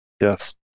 Yes